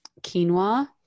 quinoa